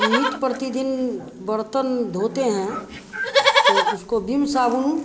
हम नित प्रतिदिन बर्तन धोते हैं तो उसको विम साबुन